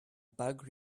bug